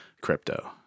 crypto